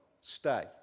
Stay